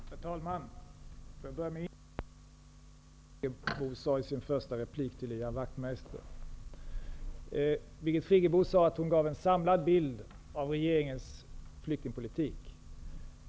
Herr talman! Jag börjar med att instämma i vad Birgit Friggebo sade i sin första replik till Ian Wachtmeister. Birgit Friggebo sade att hon gav en samlad bild av regeringens flyktingpolitik.